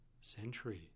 century